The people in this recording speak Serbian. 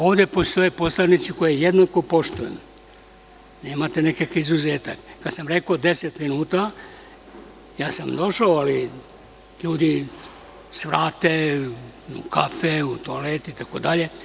Ovde postoje poslanici koje jednako poštujem, nemate nekakav izuzetak, ja sam rekao deset minuta, ja sam došao, ali ljudi svrate u kafe, toalet, itd.